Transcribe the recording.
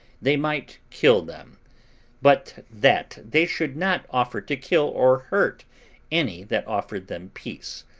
they might kill them but that they should not offer to kill or hurt any that offered them peace,